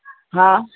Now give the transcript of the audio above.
हा